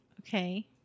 Okay